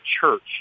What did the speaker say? church